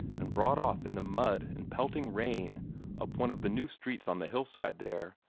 and brought off in the mud and pelting rain up one of the new streets on the hillside there,